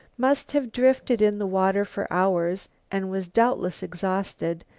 must have drifted in the water for hours and was doubtless exhausted,